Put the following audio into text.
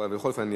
אבל בכל אופן,